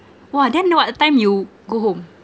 !wah! then what time you go home